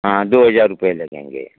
हाँ दो हजार रुपए लगेंगे